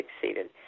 succeeded